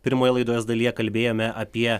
pirmoje laidos dalyje kalbėjome apie